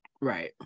Right